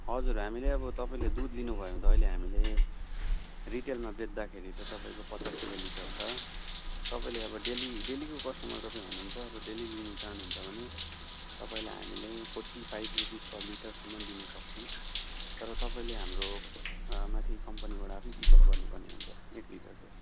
हजुर हामीले अब तपाईँले दुध लिनुभयो भने त अहिले हामीले रिटेलमा बेच्दाखेरि त तपाईँको पचास रुपियाँ लिटर छ तपाईँले अब डेली डेलीको कस्टमर हुनुहुन्छ र डेली चाहनुहुन्छ भने तपाईँलाई हामीले फोर्टी फाइभ रुपिज फर लिटरसम्म दिनुसक्छौँ तर तपाईँले हाम्रो माथि कम्पनीबाट आफै पिकअप गर्नुपर्ने हुन्छ एक लिटर चाहिँ